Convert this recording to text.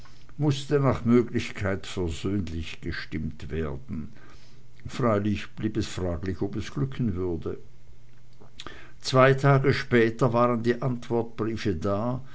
mußte nach möglichkeit versöhnlich gestimmt werden freilich blieb es fraglich ob es glücken würde zwei tage später waren die antwortbriefe da